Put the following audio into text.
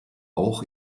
auch